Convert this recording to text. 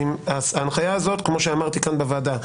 כמו שאמרתי בוועדה,